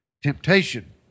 Temptation